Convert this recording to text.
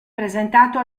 presentato